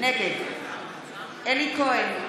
נגד אלי כהן,